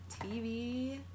TV